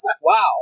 Wow